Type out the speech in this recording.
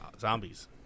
zombies